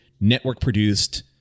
network-produced